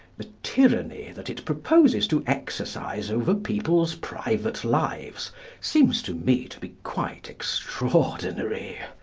the tyranny that it proposes to exercise over people's private lives seems to me to be quite extraordinary.